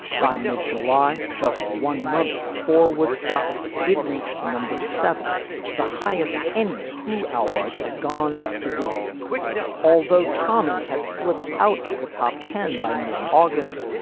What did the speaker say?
by mid-july just one month before woodstock it reached number seven the highest any who album had gone to date although tommy had slipped out of the top ten by mid august.